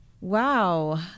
Wow